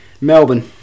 Melbourne